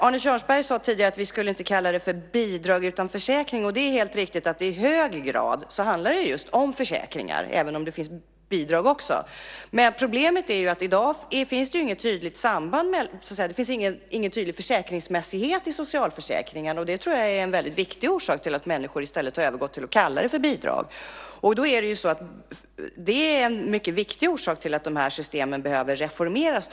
Arne Kjörnsberg sade tidigare att vi inte skulle kalla det för bidrag utan försäkring. Och det är helt riktigt att det i hög grad handlar om just försäkringar, även om det finns bidrag också. Men problemet är att det i dag inte finns någon tydlig försäkringsmässighet i socialförsäkringarna. Det tror jag är en väldigt viktig orsak till att människor i stället har övergått till att kalla det för bidrag. Och det är en mycket viktig orsak till att dessa system behöver reformeras.